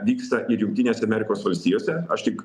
vyksta ir jungtinėse amerikos valstijose aš tik